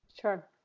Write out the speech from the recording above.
Sure